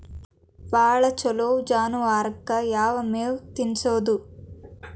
ಭಾಳ ಛಲೋ ಜಾನುವಾರಕ್ ಯಾವ್ ಮೇವ್ ತಿನ್ನಸೋದು?